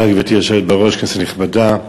גברתי היושבת בראש, כנסת נכבדה,